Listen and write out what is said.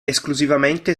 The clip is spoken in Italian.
esclusivamente